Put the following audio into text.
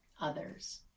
others